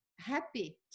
happy